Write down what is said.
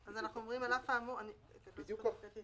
הוא לא יכול לדעת אם הוא מכניס יותר מ